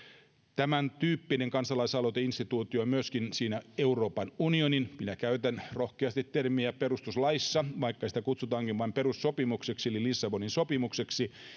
tämäntyyppinen kansalaisaloiteinstituutio on myöskin siinä euroopan unionin perustuslaissa minä käytän rohkeasti sitä termiä vaikka sitä kutsutaan vain perussopimukseksi eli lissabonin sopimukseksi